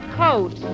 coat